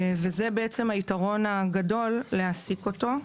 וזה היתרון הגדול בהעסקתו.